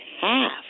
half